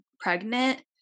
pregnant